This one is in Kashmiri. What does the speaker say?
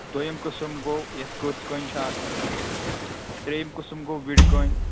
دوٚیِم قٕسٕم گوٚو یَتھ کٔژ کٲنۍ چھِ آسان ترٛیٚیِم قٕسٕم گوٚو وِِڑِ کٲنۍ